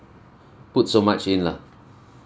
put so much in lah